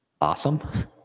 awesome